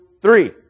three